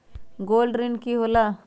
Gold ऋण की होला?